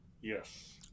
Yes